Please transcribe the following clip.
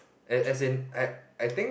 as as in I I think